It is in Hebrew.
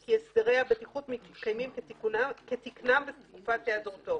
כי הסדרי הבטיחות מתקיימים כתיקנם בתקופת היעדרותו.